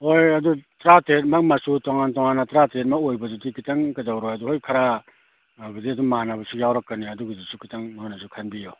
ꯍꯣꯏ ꯑꯗꯨ ꯇ꯭ꯔꯥꯇꯔꯦꯠꯃꯛ ꯃꯆꯨ ꯇꯣꯉꯥꯟ ꯇꯣꯉꯥꯟꯅ ꯇ꯭ꯔꯥꯇꯔꯦꯠꯃꯛ ꯑꯣꯏꯕꯗꯨꯗꯤ ꯈꯤꯇꯪ ꯀꯩꯗꯧꯔꯣꯏ ꯑꯗꯨ ꯍꯣꯏ ꯈꯔ ꯃꯥꯟꯅꯕꯗꯤ ꯌꯥꯎꯔꯛꯀꯅꯤ ꯑꯗꯨꯒꯤꯗꯨꯁꯨ ꯈꯤꯇꯪ ꯅꯣꯏꯅꯁꯨ ꯈꯟꯕꯤꯎ